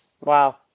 Wow